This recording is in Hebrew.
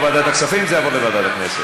ועדת חוקה או ועדת הכספים, זה יעבור לוועדת הכנסת.